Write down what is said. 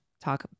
talk